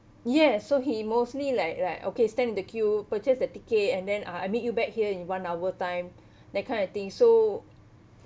yes so he mostly like like okay stand in the queue purchase the ticket and then uh I meet you back here in one hour time that kind of thing so